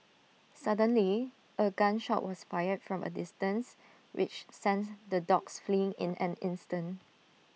suddenly A gun shot was fired from A distance which sent the dogs fleeing in an instant